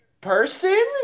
person